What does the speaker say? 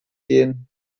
gehen